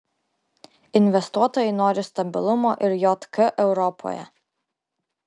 investuotojai nori stabilumo ir jk europoje